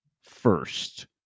first